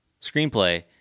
screenplay